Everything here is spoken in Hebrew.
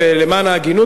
למען ההגינות,